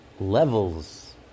Levels